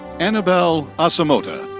annabel asemota.